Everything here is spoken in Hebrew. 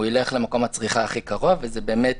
הוא ילך למקום הצריכה הכי קרוב, וזה באמת